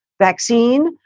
vaccine